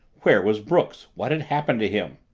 where was brooks? what had happened to him?